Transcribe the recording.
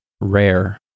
rare